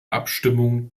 abstimmung